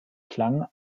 klang